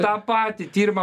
tą patį tyrimą